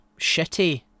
shitty